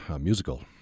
musical